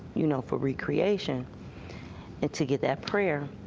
you know, for re-creation and to get that prayer.